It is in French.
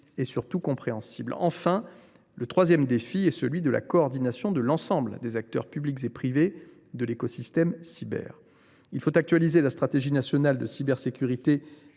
et surtout compréhensible. Le troisième défi est celui de la coordination de l’ensemble des acteurs publics et privés de l’écosystème cyber. Il faut actualiser la stratégie nationale de cybersécurité